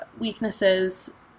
weaknesses